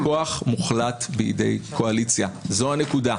עדיין כוח מוחלט בידי קואליציה, זו הנקודה.